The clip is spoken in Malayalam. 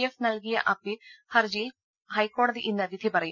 എഫ് നൽകിയ അപ്പീൽ ഹർജിയിൽ ഹൈക്കോടതി ഇന്ന് വിധി പറയും